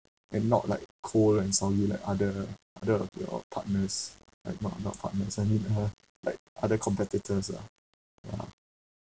and not like cold and sorry like other other of your partners eh not not partners I mean all like other competitors lah